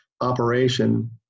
operation